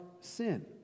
sin